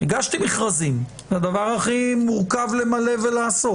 הגשתי מכרזים, זה הדבר הכי מורכב למלא ולעשות.